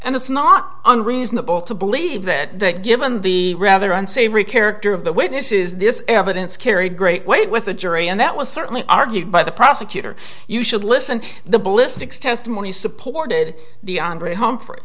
and it's not unreasonable to believe that given the rather unsavory character of the way this is this evidence carried great weight with the jury and that was certainly argued by the prosecutor you should listen the ballistics testimony supported the andre humphrey